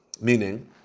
meaning